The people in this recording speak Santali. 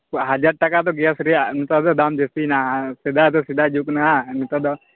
ᱛᱚ ᱦᱟᱡᱟᱨ ᱴᱟᱠᱟ ᱫᱚ ᱜᱮᱥ ᱨᱮᱭᱟᱜ ᱚᱱᱠᱟ ᱫᱚ ᱫᱟᱢ ᱡᱟᱥᱛᱤᱭᱮᱱᱟ ᱥᱮᱫᱟᱭ ᱫᱚ ᱥᱮᱫᱟᱭ ᱡᱩᱜᱽ ᱨᱮᱭᱟᱜ ᱟᱨ ᱱᱮᱛᱟᱨ ᱫᱚ